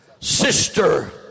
Sister